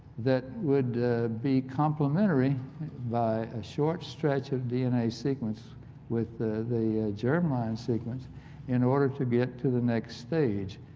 that would be complimentary by a short stretch of dna sequence with the the germ line sequence in order to get to the next stage.